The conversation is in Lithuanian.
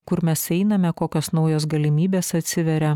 kur mes einame kokios naujos galimybės atsiveria